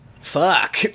Fuck